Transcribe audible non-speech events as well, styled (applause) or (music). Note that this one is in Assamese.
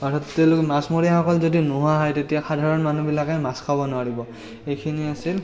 (unintelligible) তেওঁলোকে মাছমৰীয়াসকল যদি নোহোৱা হয় তেতিয়া সাধাৰণ মানুহবিলাকে মাছ খাব নোৱাৰিব এইখিনি আছিল